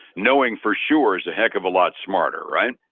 knowing for sure is a heck of a lot smarter, right?